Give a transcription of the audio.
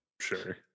Sure